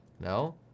No